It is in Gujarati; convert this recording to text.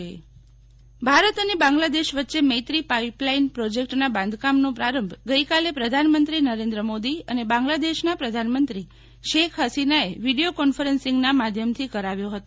શીતલ વૈશ્નવ ઈન્ડો બાંગ્લા પાઈપલાઈન ભારત અને બાંગ્લાદેશ વચ્ચે મૈત્રી પાઈપલાઈન પ્રોજેકટના બાંધકામનો પ્રારંભ ગઈકાલે પ્રધાનમંત્રી નરેન્દ્ર મોદી અને બાંગ્લાદેશના પ્રધાનમંત્રી શેખ હસીનાએ વિડીયો કોન્ફરન્સીંગના માધ્યમથી કરાવ્યો હતો